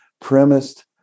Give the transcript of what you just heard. premised